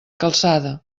calçada